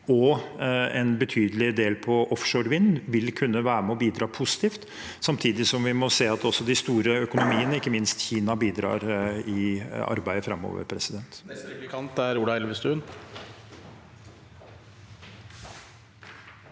og en betydelig del på offshore vind – vil kunne være med og bidra positivt, samtidig som vi må se at også de store økonomiene, ikke minst Kina, bidrar i arbeidet framover.